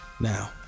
now